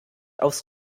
aufs